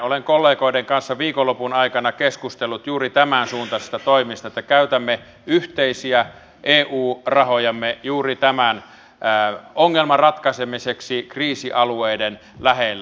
olen kollegoiden kanssa viikonlopun aikana keskustellut juuri tämänsuuntaisista toimista että käytämme yhteisiä eu rahojamme juuri tämän ongelman ratkaisemiseksi kriisialueiden lähellä